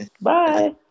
Bye